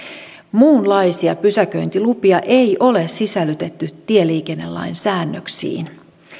muunlaisia pysäköintilupia ei ole sisällytetty tieliikennelain säännöksiin